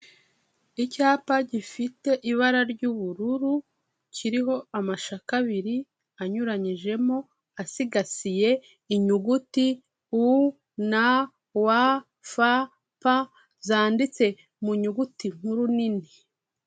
Icyapa gifite ibara ry'ubururu, kiriho amashaka abiri anyuranyijemo, asigasiye inyuguti: UN, WFP, zanditse mu nyuguti nkuru nini.